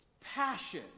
Passion